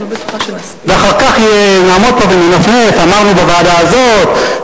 ואחר כך נעמוד פה וננפנף: אמרנו בוועדה הזאת,